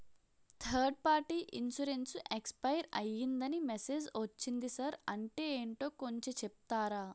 Third party insurance expire అయ్యిందని message ఒచ్చింది sir అంటే ఏంటో కొంచె చెప్తారా?